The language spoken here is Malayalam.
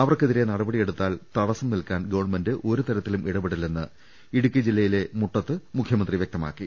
അവർക്കെതിരെ നടപടിയെടുത്താൽ തടസം നിൽക്കാൻ ഗവൺമെന്റ് ഒരുതരത്തിലും ഇടപെടില്ലെന്ന് ഇടുക്കി ജില്ലയിലെ മുട്ടത്ത് മുഖ്യമന്ത്രി വ്യക്തമാക്കി